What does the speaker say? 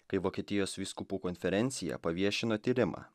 kai vokietijos vyskupų konferencija paviešino tyrimą